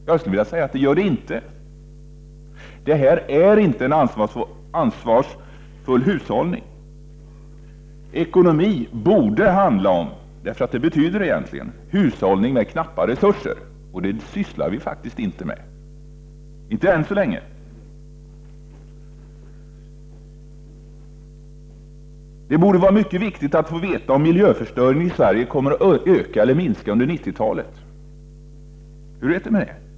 Jag anser att den inte gör det. Detta är inte en ansvarsfull hushållning. Ekonomi borde handla om, eftersom det är vad det betyder, hushållning med knappa resurser. Men detta sysslar vi faktiskt inte med i Sverige, inte än så länge. Det borde vara mycket viktigt att få veta om miljöförstöringen i Sverige kommer att öka eller minska under 90-talet.